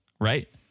right